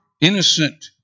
innocent